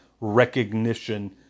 recognition